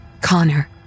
Connor